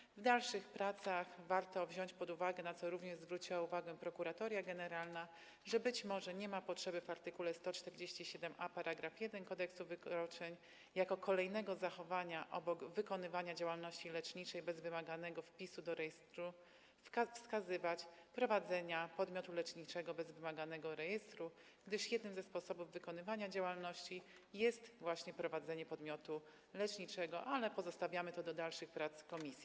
W trakcie dalszych prac warto wziąć pod uwagę, na co również zwróciła uwagę Prokuratoria Generalna, że być może nie ma potrzeby w art. 147a § 1 Kodeksu wykroczeń jako kolejnego zachowania obok wykonywania działalności leczniczej bez wymaganego wpisu do rejestru wskazywać prowadzenia podmiotu leczniczego bez wymaganego wpisu do rejestru, gdyż jednym ze sposobów wykonywania działalności jest właśnie prowadzenie podmiotu leczniczego, ale pozostawiamy to do dalszych prac komisji.